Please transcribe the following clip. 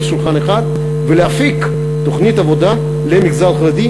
שולחן אחד ולהפיק תוכנית עבודה למגזר החרדי.